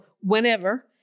whenever